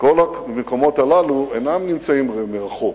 וכל המקומות הללו אינם נמצאים, הרי, מרחוק.